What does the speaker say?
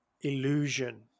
illusion